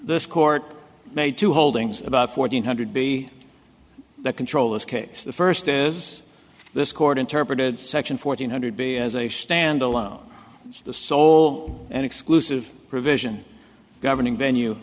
this court made two holdings about four hundred b that control this case the first is this court interpreted section fourteen hundred b as a standalone the sole and exclusive provision governing venue